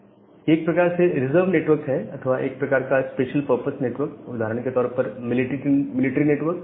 ये एक प्रकार से रिजर्व नेटवर्क है अथवा एक प्रकार का स्पेशल पर्पस नेटवर्क हैं उदाहरण के तौर पर मिलिट्री नेटवर्क